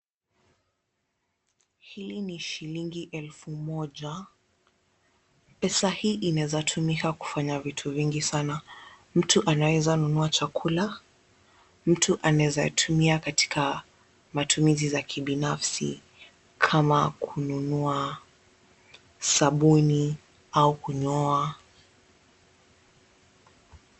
Hii ni shilingi elfu moja, pesa hii inaweza tumika kufanya vitu vingi sana, mtu anaweza nunua chakula, mtu anaweza tumia katika matumizi za kibinafsi kama kununua sabuni au kunyoa.